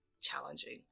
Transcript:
challenging